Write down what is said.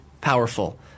powerful